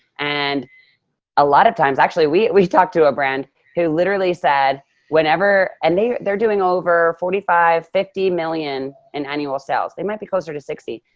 and a lot of times actually we we talked to a brand who literally said whenever. and they they're doing over forty five, fifty million in annual sales. they might be closer to sixty.